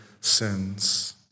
sins